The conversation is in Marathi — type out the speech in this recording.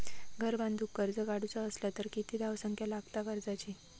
घर बांधूक कर्ज काढूचा असला तर किती धावसंख्या लागता कर्जाची?